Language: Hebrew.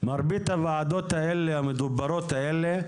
מרבית הוועדות המדוברות האלה,